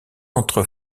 entre